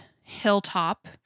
hilltop